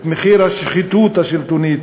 את מחיר השחיתות השלטונית,